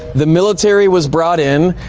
the military was brought in,